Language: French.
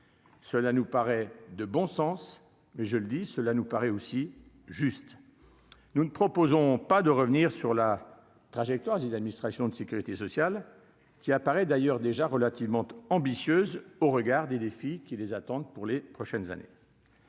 cela nous paraît de bon sens, mais je le dis, cela nous paraît aussi juste, nous ne proposons pas de revenir sur la trajectoire des administrations de Sécurité sociale qui apparaît d'ailleurs déjà relativement ambitieuse au regard des défis qui les attendent pour les prochaines années.